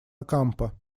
окампо